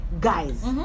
guys